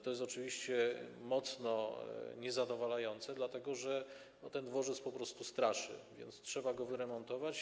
To jest oczywiście mocno niezadowalające, dlatego że ten dworzec po prostu straszy, więc trzeba go wyremontować.